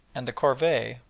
and the corvee,